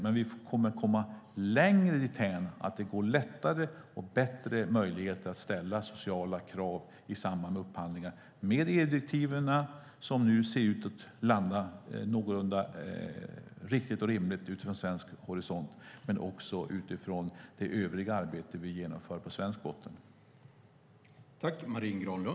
Vi kommer dock att komma längre dithän genom att det blir lättare och bättre möjligheter att ställa sociala krav i samband med upphandlingar med de EU-direktiv som nu ser ut att landa någorlunda riktigt och rimligt utifrån svensk horisont men också genom det övriga arbete vi utför på svensk botten.